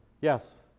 Yes